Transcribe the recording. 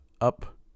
up